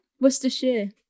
Worcestershire